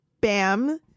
bam